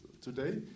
today